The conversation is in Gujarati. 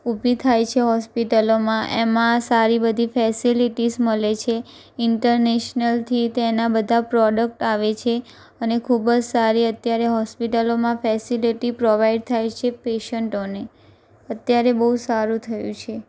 ઊભી થાય છે હોસ્પિટલોમાં એમાં સારી બધી ફેસિલિટીસ મળે છે ઇન્ટરનેશનલથી તેનાં બધાં પ્રોડક્ટ આવે છે અને ખૂબ જ સારી અત્યારે હોસ્પિટલોમાં ફેસેલીટી પ્રોવાઈડ થાય છે પેશન્ટોને અત્યારે બહુ સારું થયું છે